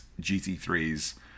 GT3s